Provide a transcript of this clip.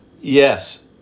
Yes